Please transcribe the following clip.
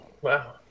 Wow